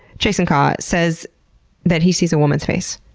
jason kaw, says that he sees a woman's face.